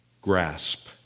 grasp